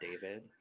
David